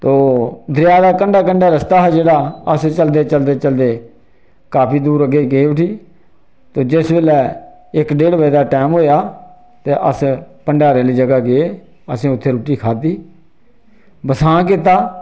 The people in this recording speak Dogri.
तो दरेआ दे कंडे कंडे रस्ता हा जेह्ड़ा अस चलदे चलदे चलदे काफी दूर अग्गें गे उठी ते जिस बेल्लै इक डेढ़ बजे दा टाइम होएआ ते अस भंडारे आह्ली जगह गे असें उत्थे रुट्टी खाद्धी बसांऽ कीता